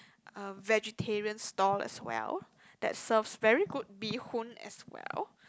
um vegetarian stall as well that serves very good bee-hoon as well